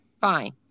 fine